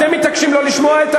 אתם מתעקשים לא לשמוע.